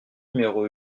numéro